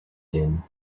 din